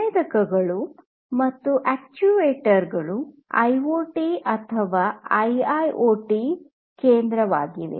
ಸಂವೇದಕಗಳು ಮತ್ತು ಅಕ್ಚುಯೇಟರ್ಗಳು ಐಓಟಿ ಅಥವಾ ಐಐಓಟಿ ಕೇಂದ್ರವಾಗಿದೆ